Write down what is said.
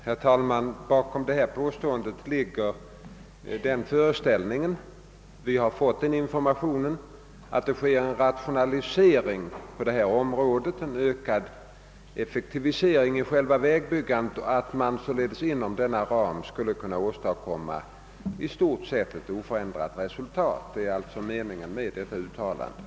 Herr talman! Bakom detta påstående ligger enligt den information vi har fått den omständigheten att det sker en rationalisering och ökad effektivisering av vägbyggandet och att man således inom denna ram skulle kunna åstadkomma ett i stort sett oförändrat resultat. Det är detta som är meningen med uttalandet.